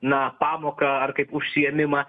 na pamoką ar kaip užsiėmimą